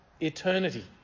eternity